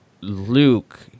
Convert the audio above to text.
Luke